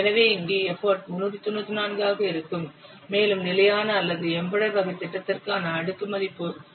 எனவே இங்கே எப்போட் 394 ஆக இருக்கும் மேலும் நிலையான அல்லது எம்பெடெட் வகை திட்டத்திற்கான அடுக்கு மதிப்பு 0